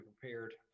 prepared